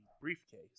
briefcase